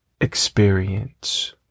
experience